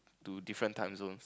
to different time zones